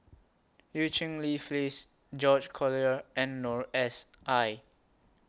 EU Cheng Li Phyllis George Collyer and Noor S I